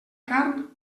carn